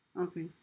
Okay